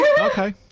Okay